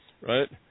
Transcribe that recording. right